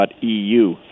.eu